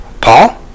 Paul